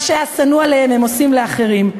מה שהיה שנוא עליהם הם עושים לאחרים.